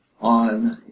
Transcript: on